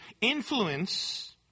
influence